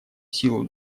силу